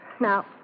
Now